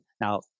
Now